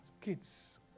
kids